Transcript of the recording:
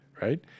right